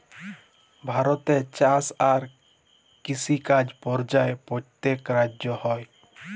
ভারতে চাষ আর কিষিকাজ পর্যায়ে প্যত্তেক রাজ্যে হ্যয়